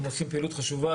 הם עושים פעילות חשובה.